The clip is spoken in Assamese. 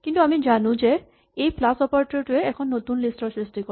কিন্তু আমি জানো যে এই প্লাচ অপাৰেটৰ টোৱে এখন নতুন লিষ্ট ৰ সৃষ্টি কৰে